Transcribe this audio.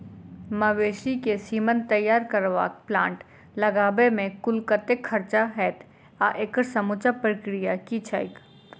मवेसी केँ सीमन तैयार करबाक प्लांट लगाबै मे कुल कतेक खर्चा हएत आ एकड़ समूचा प्रक्रिया की छैक?